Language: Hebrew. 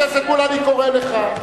חבר הכנסת מולה, אני קורא לך.